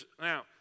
Now